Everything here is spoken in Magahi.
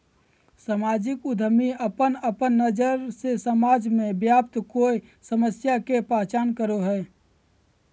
सामाजिक उद्यमी अपन अपन नज़र से समाज में व्याप्त कोय समस्या के पहचान करो हइ